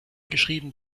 geschrieben